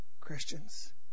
Christians